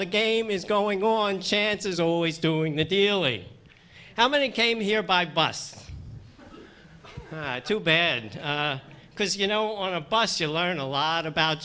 the game is going on chances are always doing that eally how many came here by bus too bad because you know on a bus you learn a lot about